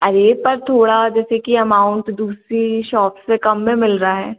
अरे पर थोड़ा जैसे कि अमाउन्ट दूसरी शॉप से कम में मिल रहा है